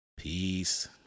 Peace